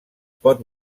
pot